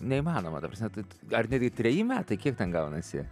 neįmanoma ta prasme ar netgi treji metai kiek ten gaunasi